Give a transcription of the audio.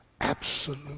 absolute